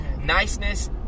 niceness